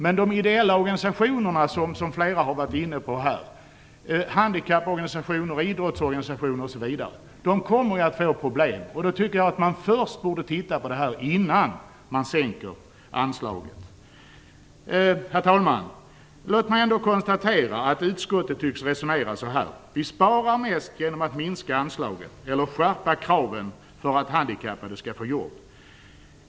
Men de ideella organisationerna - handikapporganisationer och idrottsorganisationer - kommer att få problem. Jag tycker att man borde titta på detta innan man sänker anslaget. Herr talman! Låt mig ändå konstatera att utskottet tycks resonera så här: Vi sparar mest genom att minska anslaget eller skärpa kraven för att handikappade skall få jobb.